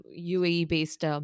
UAE-based